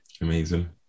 amazing